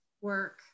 work